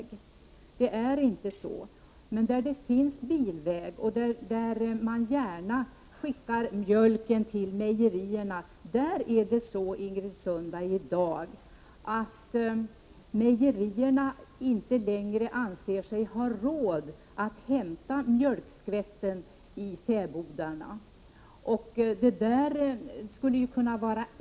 Det är inte så, men där det finns bilväg och där man gärna skickar mjölken till mejerierna är det i dag så, Ingrid Sundberg, att mejerierna inte längre anser sig ha råd att hämta mjölkskvätten vid fäbodarna.